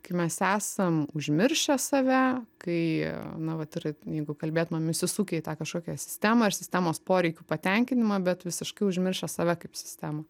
kai mes esam užmiršę save kai na vat ir jeigu kalbėtumėm įsisukę į tą kažkokią sistemą ar sistemos poreikių patenkinimą bet visiškai užmiršę save kaip sistemą